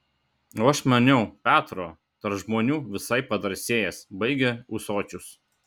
o aš maniau petro tarp žmonių visai padrąsėjęs baigia ūsočius